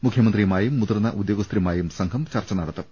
മുഖ്യമന്ത്രിയുമായും മുതിർന്ന ഉദ്യോഗസ്ഥരുമായും സംഘം ചർച്ച നടത്തും